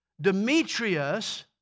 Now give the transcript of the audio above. Demetrius